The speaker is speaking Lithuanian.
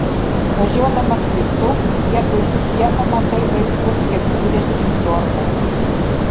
važiuodamas liftu vietoj sienų matai vaizdus kaip kūrėsi niujorkas